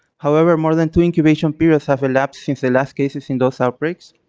however, more than two incubation periods have elapsed since the last cases in those outbreaks.